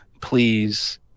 please